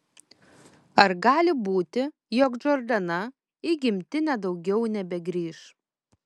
ar gali būti jog džordana į gimtinę daugiau nebegrįš